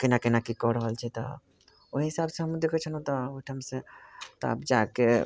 केना केना की कऽ रहल छै तऽ ओही हिसाबसँ हम देखैत छलहुँ तऽ ओहिठामसँ तब जा कऽ